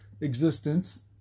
existence